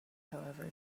however